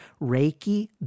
Reiki